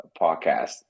podcast